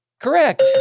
Correct